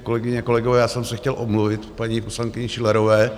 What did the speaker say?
Kolegyně, kolegové, já jsem se chtěl omluvit paní poslankyni Schillerové.